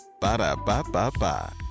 Ba-da-ba-ba-ba